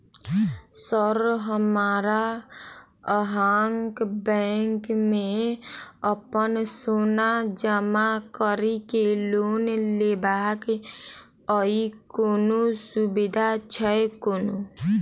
Sir हमरा अहाँक bank मे अप्पन सोना जमा करि केँ लोन लेबाक अई कोनो सुविधा छैय कोनो?